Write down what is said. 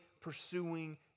pursuing